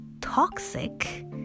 toxic